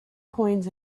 coins